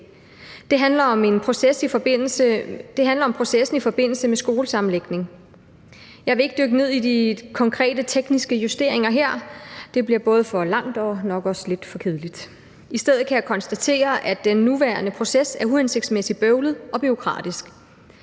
Det handler om processen i forbindelse med skolesammenlægning. Jeg vil ikke dykke ned i de konkrete tekniske justeringer her. Det bliver både for langt og nok også lidt for kedeligt. I stedet kan jeg konstatere, at den nuværende proces er uhensigtsmæssig, bøvlet og bureaukratisk.